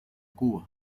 cuba